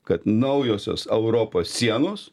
kad naujosios europos sienos